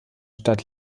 stadt